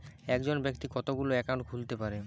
একজন ব্যাক্তি কতগুলো অ্যাকাউন্ট খুলতে পারে?